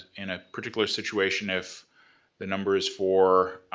in a particular situation, if the number is for,